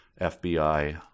FBI